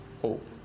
hope